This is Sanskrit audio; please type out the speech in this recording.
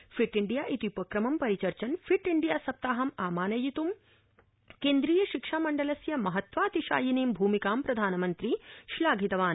फिट इण्डिया इति उपक्रमं परिचर्चन् फिट इण्डिया सप्ताहं आमानयित् केन्द्रीय शिक्षा मण्डलस्य महत्वाति शयिनीं भूमिकां प्रधानमन्त्री श्लाधितवान्